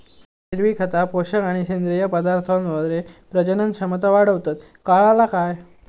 हिरवी खता, पोषक आणि सेंद्रिय पदार्थांद्वारे प्रजनन क्षमता वाढवतत, काळाला काय?